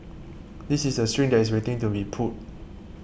this is a string that is waiting to be pulled